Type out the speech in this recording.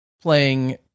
playing